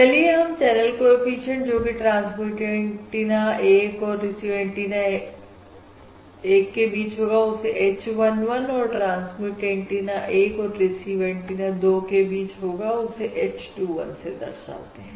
चलिए हम channel coefficient जोकि ट्रांसमिट एंटीना 1 और रिसीव एंटीना 1 के बीच है उसे h 1 1 और ट्रांसमिट एंटीना 1 और रिसीव एंटीना 2 के बीच है उसे h 2 1 से दर्शाते हैं